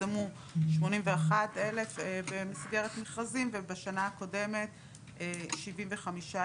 פורסמו 81,000 במסגרת מכרזים ובשנה הקודמת 75,000,